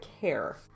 care